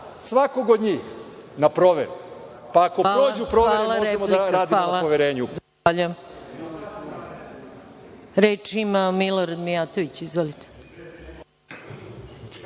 svakog od njih na proveru, pa ako prođu provere, možemo da vratimo poverenje